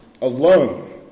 alone